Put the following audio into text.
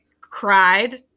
cried